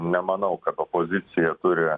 nemanau kad opozicija turi